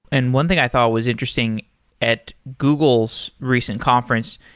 and one thing i thought was interesting at google's recent conference,